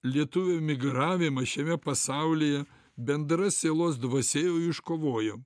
lietuvių migravimą šiame pasaulyje bendra sielos dvasia jau iškovojo